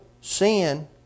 sin